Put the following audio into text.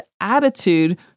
attitude